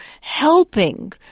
helping